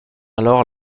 alors